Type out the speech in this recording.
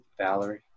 Valerie